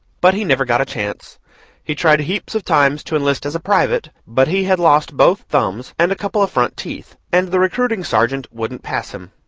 but he never got a chance he tried heaps of times to enlist as a private, but he had lost both thumbs and a couple of front teeth, and the recruiting sergeant wouldn't pass him.